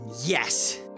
Yes